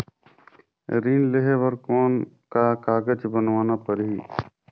ऋण लेहे बर कौन का कागज बनवाना परही?